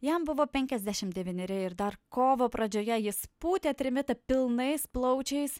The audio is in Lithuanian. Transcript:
jam buvo penkiasdešimt devyneri ir dar kovo pradžioje jis pūtė trimitą pilnais plaučiais